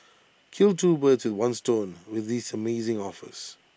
kill two birds with one stone with these amazing offers